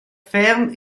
ferme